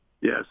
Yes